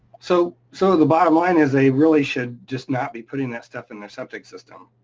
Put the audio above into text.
so so the bottom line is they really should just not be putting that stuff in their septic system?